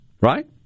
right